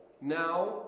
Now